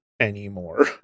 anymore